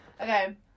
Okay